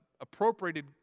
appropriated